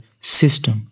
system